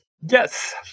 Yes